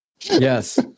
Yes